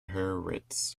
hurwitz